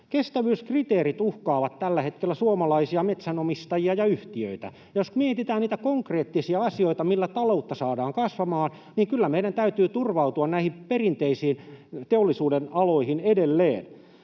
Kestävyyskriteerit uhkaavat tällä hetkellä suomalaisia metsänomistajia ja metsäyhtiöitä. Jos mietitään niitä konkreettisia asioita, millä taloutta saadaan kasvamaan, niin kyllä meidän täytyy turvautua näihin perinteisiin teollisuuden aloihin edelleen.